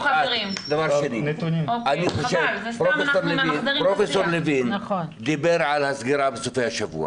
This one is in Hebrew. אני חושב שפרופ' לוין דיבר על הסגירה בסופי השבוע,